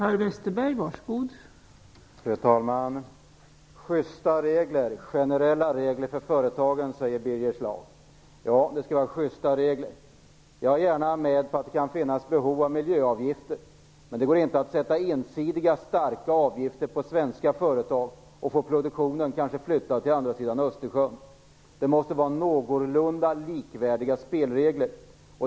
Fru talman! Sjysta regler, generella regler för företagen, säger Birger Schlaug. Ja, det skall vara sjysta regler. Jag är gärna med på att det kan finnas behov av miljöavgifter. Men det går inte att sätta ensidiga starka avgifter på svenska företag och kanske få produktionen flyttad till andra sidan Östersjön. Det måste vara någorlunda likvärdiga spelregler.